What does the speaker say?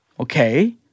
Okay